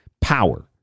power